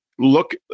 look